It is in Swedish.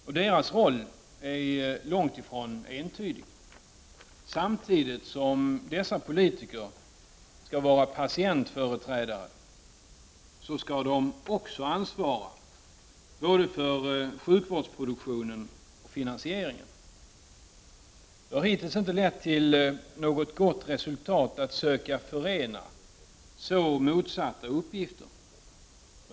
Och deras roll är långt ifrån entydig. Samtidigt som dessa politiker skall vara patientföreträdare så skall de också ansvara för både sjukvårdsproduktion och finansiering. Det har hittills inte lett till något gott resultat att söka förena så motsatta uppgifter.